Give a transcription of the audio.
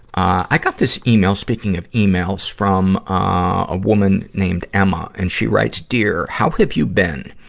i got this email speaking of emails from ah a woman named emma, and she writes, dear, how have you been?